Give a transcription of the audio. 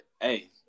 hey